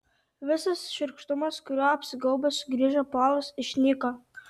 visas šiurkštumas kuriuo apsigaubęs sugrįžo polas išnyko